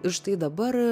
ir štai dabar